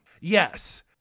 Yes